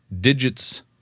digits